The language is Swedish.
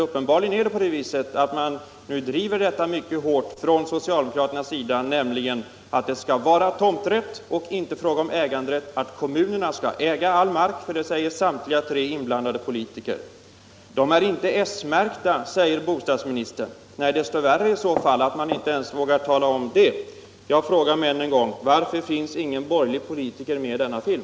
Uppenbarligen är det emellertid på det sättet att socialdemokraterna nu mycket hårt driver linjen att det skall vara tomträtt och inte äganderätt och att kommunerna skall äga all mark. Detta säger nämligen samtliga tre inblandade politiker i filmen. De är inte s-märkta, säger bostadsministern. Desto värre att man inte ens vågar tala om det. Jag frågar än en gång: Varför finns inga borgerliga politiker med i denna film?